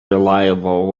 reliable